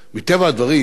מטבע הדברים,